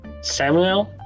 Samuel